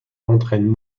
entraînent